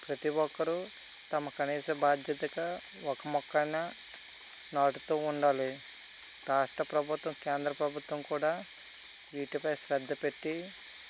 ప్రతీ ఒక్కరు తమ కనీస బాధ్యతగా మొక్కైనా నాటుతూ ఉండాలి రాష్ట్ర ప్రభుత్వం కేంద్ర ప్రభుత్వం కూడా వీటిపై శ్రద్ధ పెట్టి